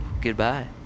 Goodbye